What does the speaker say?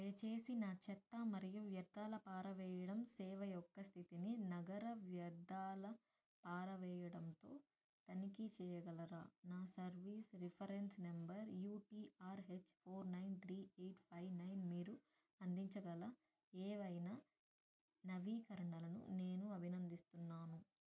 దయచేసి నా చెత్త మరియు వ్యర్థాల పారవేయడం సేవ యొక్క స్థితిని నగర వ్యర్థాల పారవేయడంతో తనిఖీ చేయగలరా నా service reference number UTRH four nine three eight five nine మీరు అందించగల ఏవైనా నవీకరణలను నేను అభినందిస్తున్నాను